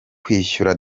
kwishyura